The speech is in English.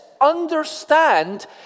understand